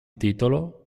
titolo